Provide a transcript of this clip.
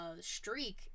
streak